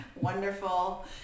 Wonderful